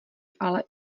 ale